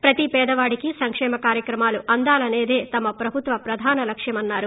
ప్రతి పేదవాడికి సంకేమ కార్యక్రమాలు అందాలనేదే తమ ప్రభుత్వ ప్రధాన లక్ష్యమన్నారు